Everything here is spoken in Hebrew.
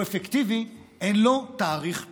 והוא אפקטיבי, ואין לו תאריך תפוגה,